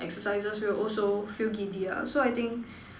exercises will also feel giddy ah so I think